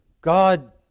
God